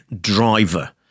driver